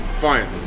fine